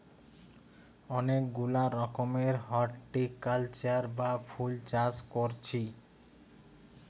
অনেক গুলা রকমের হরটিকালচার বা ফুল চাষ কোরছি